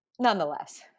nonetheless